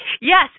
Yes